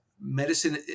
medicine